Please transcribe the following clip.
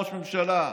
ראש ממשלה.